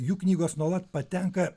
jų knygos nuolat patenka